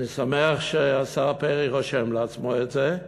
אני שמח שהשר פרי רושם לעצמו את זה,